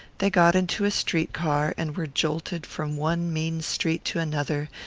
they got into a street-car, and were jolted from one mean street to another,